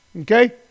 Okay